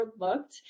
overlooked